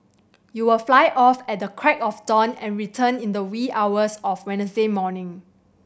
you'll fly off at the crack of dawn and return in the wee hours of Wednesday morning